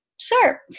sure